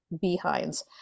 behinds